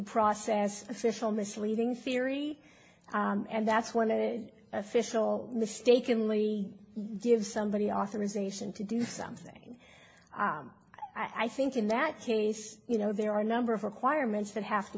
process official misleading theory and that's one of the official mistakenly give somebody authorization to do something i think in that case you know there are a number of requirements that have to